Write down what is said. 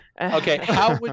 Okay